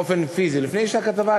באופן פיזי לפני הכתבה,